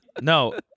No